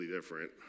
different